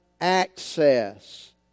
access